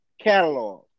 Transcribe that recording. catalog